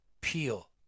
Peel